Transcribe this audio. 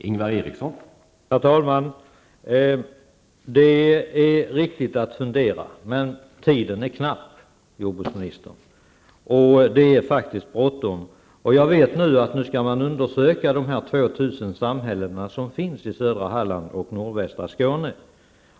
Herr talman! Det är riktigt att fundera, men tiden är knapp, jordbruksministern. Det är faktiskt bråttom. Nu skall man undersöka de 2 000 bisamhällen som finns i södra Halland och nordvästra Skåne.